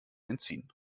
entziehen